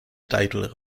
title